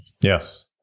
yes